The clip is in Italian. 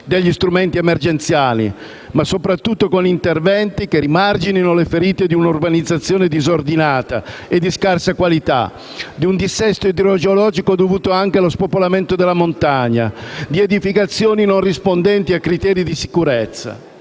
degli strumenti emergenziali, ma soprattutto con interventi che rimarginino le ferite di un'urbanizzazione disordinata e di scarsa qualità, di un dissesto idrogeologico dovuto anche allo spopolamento della montagna, di edificazioni non rispondenti a criteri di sicurezza.